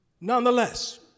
Nonetheless